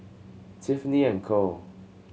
Tiffany and Co